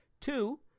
Two